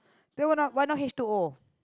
then why not why not H two O